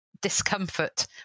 Discomfort